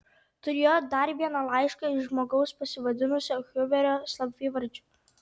turėjo dar vieną laišką iš žmogaus pasivadinusio huverio slapyvardžiu